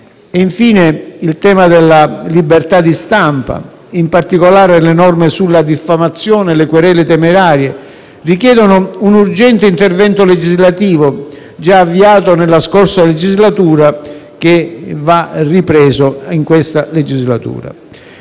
Infine, il tema della libertà di stampa e, in particolare, le norme sulla diffamazione e le querele temerarie richiedono un urgente intervento legislativo, già avviato nella scorsa legislatura, che va ripreso nella presente.